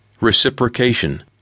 Reciprocation